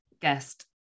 guest